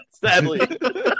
sadly